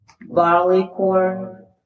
barleycorn